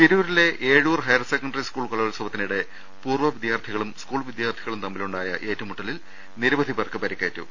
തിരൂരിലെ Ezhur higher secondary school കലോത്സവ ത്തിനിടെ പൂർവ്വ വിദ്യാർഥികളും സ്കൂൾ വിദ്യാർഥികളും തമ്മിലുണ്ടായ ഏറ്റുമുട്ടലിൽ നിരവധി പേർക്ക് പരിക്കേ റ്റു